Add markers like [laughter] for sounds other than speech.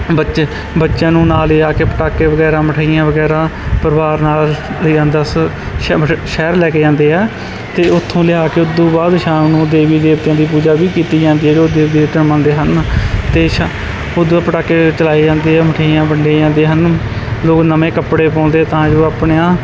ਬੱਚੇ ਬੱਚਿਆਂ ਨੂੰ ਨਾਲ ਲਿਜਾ ਕੇ ਪਟਾਕੇ ਵਗੈਰਾ ਮਿਠਾਈਆਂ ਵਗੈਰਾ ਪਰਿਵਾਰ ਨਾਲ [unintelligible] ਸ਼ਹਿਰ ਲੈ ਕੇ ਜਾਂਦੇ ਹੈ ਅਤੇ ਉੱਥੋਂ ਲਿਆ ਕੇ ਉੱਦੂ ਬਾਅਦ ਸ਼ਾਮ ਨੂੰ ਉਹ ਦੇਵੀ ਦੇਵਤਿਆਂ ਦੀ ਪੂਜਾ ਵੀ ਕੀਤੀ ਜਾਂਦੀ ਹੈ ਜੋ ਦੇਵੀ ਦੇਵਤਾ ਮੰਨਦੇ ਹਨ ਅਤੇ ਸ਼ਾ ਉੱਦੂ ਬਾ ਪਟਾਕੇ ਚਲਾਏ ਜਾਂਦੇ ਆ ਮਿਠਾਈਆਂ ਵੰਡੀਆਂ ਜਾਂਦੀਆਂ ਹਨ ਲੋਕ ਨਵੇਂ ਕੱਪੜੇ ਪਾਉਂਦੇ ਤਾਂ ਜੋ ਆਪਣਿਆਂ